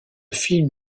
film